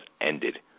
ended